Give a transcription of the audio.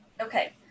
okay